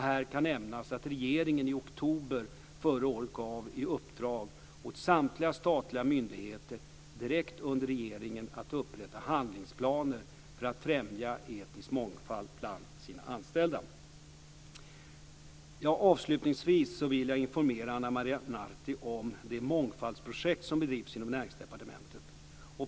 Här kan nämnas att regeringen i oktober förra året gav i uppdrag åt samtliga statliga myndigheter direkt under regeringen att upprätta handlingsplaner för att främja etnisk mångfald bland sina anställda. Avslutningsvis vill jag informera Ana Maria Narti om det mångfaldsprojekt som bedrivs inom Näringsdepartementet.